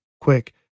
quick